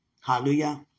Hallelujah